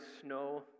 snow